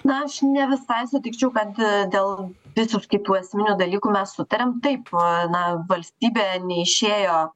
na aš ne visai sutikčiau kad dėl visiškai tų esminių dalykų mes sutariame taip na valstybė neišėjo